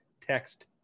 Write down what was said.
text